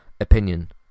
Opinion